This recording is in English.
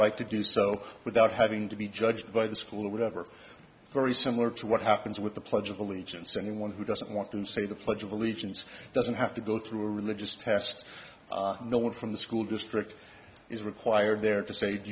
right to do so without having to be judged by the school or whatever very similar to what happens with the pledge of allegiance anyone who doesn't want to say the pledge of allegiance doesn't have to go through a religious test and know what from the school district is required there to